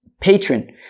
patron